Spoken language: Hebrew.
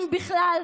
אם בכלל,